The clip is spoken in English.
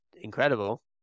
incredible